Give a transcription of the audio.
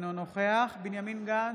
אינו נוכח בנימין גנץ,